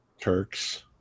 Turks